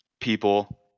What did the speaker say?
people